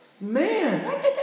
Man